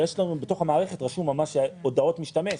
ובתוך המערכת שלנו רשום ממש הודעות משתמש,